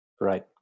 Right